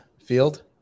field